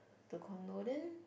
the condo then